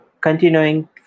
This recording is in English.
continuing